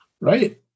Right